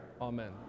Amen